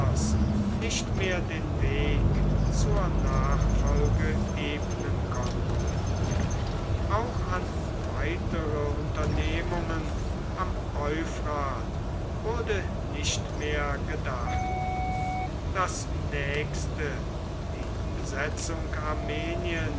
nicht mehr den weg zur nachfolge ebnen konnte auch an weitere unternehmungen am euphrat wurde nicht mehr gedacht das nächste die besetzung armeniens